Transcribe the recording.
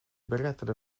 berättade